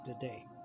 today